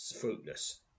fruitless